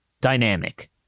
dynamic